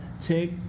take